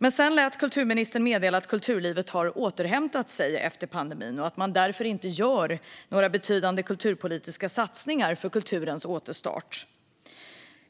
Men sedan lät kulturministern meddela att kulturlivet har återhämtat sig efter pandemin och att man därför inte gör några betydande kulturpolitiska satsningar för kulturens återstart.